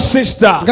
sister